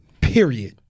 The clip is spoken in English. Period